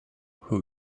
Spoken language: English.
who